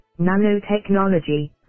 nanotechnology